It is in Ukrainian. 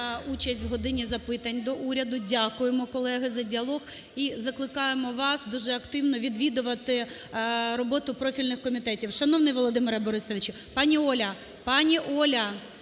участь в "годині запитань до Уряду". Дякуємо, колеги, за діалог. І закликаємо вас дуже активно відвідувати роботу профільних комітетів. Шановний Володимире Борисовичу… Пані Оля, пані Оля